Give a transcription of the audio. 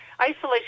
isolation